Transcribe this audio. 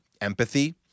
empathy